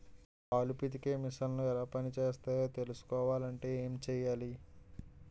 పాలు పితికే మిసన్లు ఎలా పనిచేస్తాయో తెలుసుకోవాలంటే ఏం చెయ్యాలి?